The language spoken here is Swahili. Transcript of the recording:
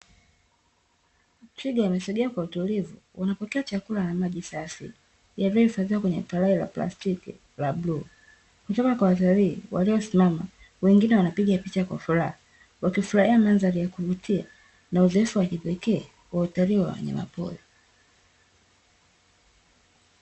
Twiga wamesogea kwa utulivu, wana pokea chakula na maji safi yaliyo hifadhiwa kwenye kalai la plastiki la bluu kutoka kwa watalii walio simama, wengine wana piga picha kwa furaha waki furahia madhari ya kuvutia na uzoefu wa kipekee wa utalii wa wanyama pori.